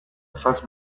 phase